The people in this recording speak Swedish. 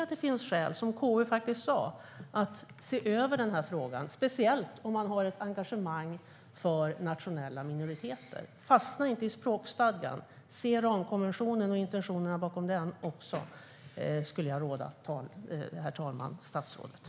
Jag tycker att det, som KU faktiskt sa, finns skäl att se över frågan - speciellt om man har ett engagemang för nationella minoriteter. Fastna inte i språkstadgan! Se även ramkonventionen och intentionerna bakom den! Det skulle jag råda statsrådet, herr talman.